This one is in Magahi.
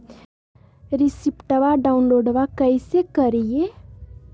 रेसिप्टबा डाउनलोडबा कैसे करिए?